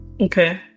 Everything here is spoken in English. okay